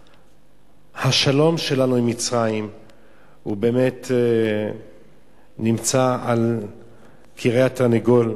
השלום שלנו עם מצרים באמת נמצא על כרעי תרנגולת,